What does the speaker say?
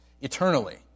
eternally